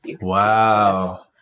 wow